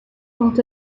quant